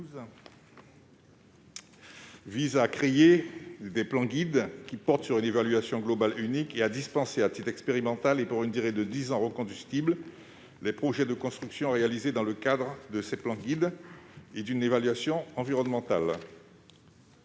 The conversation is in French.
vise à créer des plans-guides portant une évaluation globale unique et à dispenser, à titre expérimental et pour une durée de dix ans reconductible, les projets de construction réalisés dans le périmètre de ces plans-guides d'une évaluation environnementale.